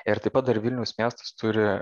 ir taip pat dar vilniaus miestas turi